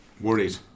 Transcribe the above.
worried